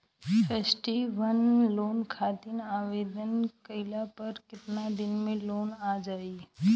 Festival loan खातिर आवेदन कईला पर केतना दिन मे लोन आ जाई?